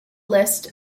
list